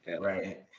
Right